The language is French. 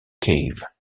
cave